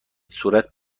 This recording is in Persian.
صورت